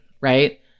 right